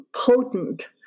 potent